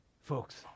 Folks